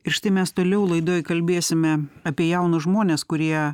ir štai mes toliau laidoj kalbėsime apie jaunus žmones kurie